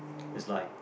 it's like